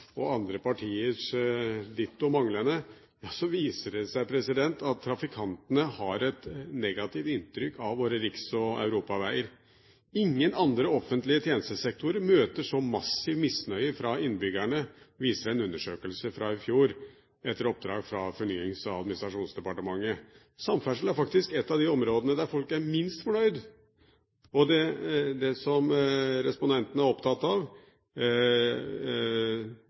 og andre partiers ditto manglende, viser det seg at trafikantene har et negativt inntrykk av våre riks- og europaveier. Ingen andre offentlige tjenestesektorer møter så massiv misnøye fra innbyggerne, viser en undersøkelse fra i fjor etter oppdrag fra Fornyings- og administrasjonsdepartementet. Samferdsel er faktisk et av de områdene der folk er minst fornøyd. Og etter det som respondentene er opptatt av,